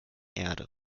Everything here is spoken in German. erde